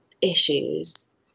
issues